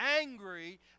angry